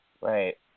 Right